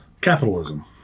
Capitalism